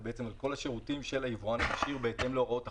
על כל השירותים של היבואן הישיר בהתאם להוראות החוק.